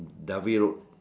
Dovey road